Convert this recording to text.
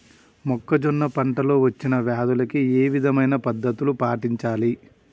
మొక్కజొన్న పంట లో వచ్చిన వ్యాధులకి ఏ విధమైన పద్ధతులు పాటించాలి?